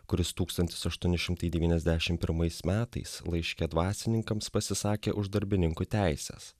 kuris tūkstantis aštuoni šimtai devyniasdešimt pirmais metais laiške dvasininkams pasisakė už darbininkų teises